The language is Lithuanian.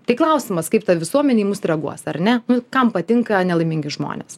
tai klausimas kaip ta visuomenė į mus reaguos ar ne kam patinka nelaimingi žmonės